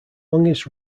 longest